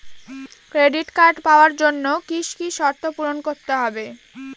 Credit card পাওয়ার জন্য কি কি শর্ত পূরণ করতে হবে?